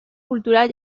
cultural